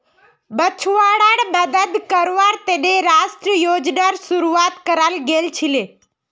मछुवाराड मदद कावार तने राष्ट्रीय योजनार शुरुआत कराल गेल छीले